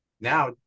now